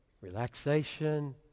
Relaxation